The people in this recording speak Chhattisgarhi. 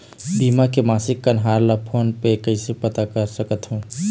बीमा के मासिक कन्हार ला फ़ोन मे कइसे पता सकत ह?